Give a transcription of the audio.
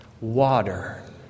water